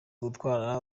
gutwara